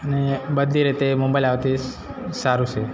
અને બધી રીતે મોબાઈલ આવે તે સારું છે